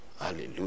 Hallelujah